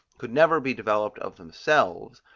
could never be developed of themselves,